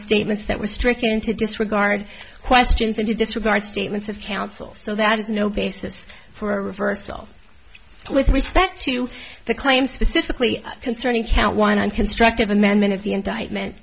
statements that was stricken to disregard questions and to disregard statements of counsel so that is no basis for a reversal with respect to the claim specifically concerning count one constructive amendment of the indictment